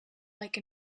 like